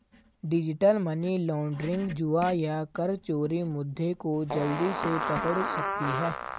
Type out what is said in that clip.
digital money laundering, जुआ या कर चोरी मुद्दे को जल्दी से पकड़ सकती है